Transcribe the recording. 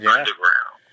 Underground